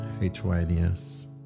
H-Y-N-E-S